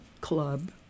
club